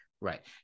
right